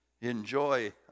enjoy